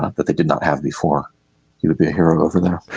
that they did not have before you would be a hero over there